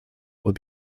would